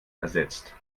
ersetzt